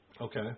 Okay